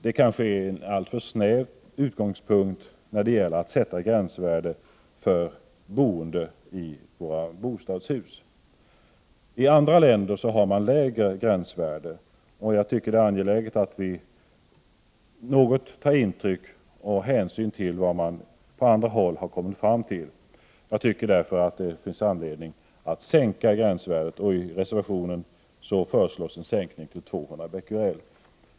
Det kanske är en alltför snäv utgångspunkt när gäller att sätta gränsvärden för våra bostadshus. I andra länder har man lägre gränsvärden, och jag tycker att det är angeläget att vi något tar intryck av och hänsyn till vad man på andra håll har kommit fram till. Jag tycker därför att det finns anledning att sänka gränsvärdet. I reservation 2 föreslås en sänkning till 200 Bq/m?.